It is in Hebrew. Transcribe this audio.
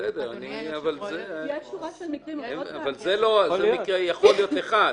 זה יכול להיות אחד.